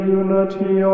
unity